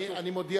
אני לא יודע.